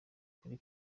kuri